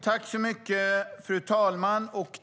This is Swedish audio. Fru talman!